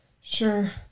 Sure